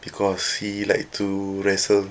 because he like to wrestle